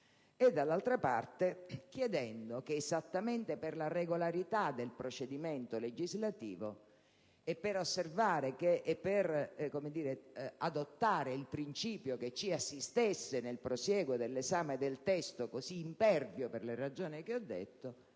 dall'altra parte chiedendo che, esattamente per la regolarità del procedimento legislativo e per adottare il principio che ci assistesse nel prosieguo dell'esame dal testo, così impervio per le ragioni anzidette,